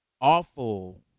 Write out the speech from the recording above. awful